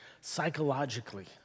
psychologically